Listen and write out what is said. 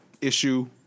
issue